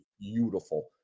beautiful